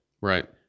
right